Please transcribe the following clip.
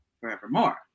forevermore